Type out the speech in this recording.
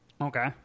Okay